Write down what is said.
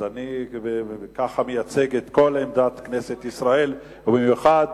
אז אני בכך מייצג את עמדת כל כנסת ישראל, ובמיוחד